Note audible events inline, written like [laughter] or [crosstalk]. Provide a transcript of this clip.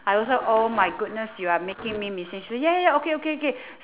I also oh my goodness you are making me missing she said ya okay okay okay [breath]